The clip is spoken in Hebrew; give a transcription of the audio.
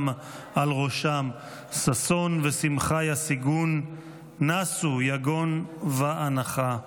על ראשם ששון ושמחה ישיגון נסו יגון וַאֲנחה",